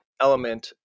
element